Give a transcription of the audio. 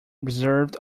observed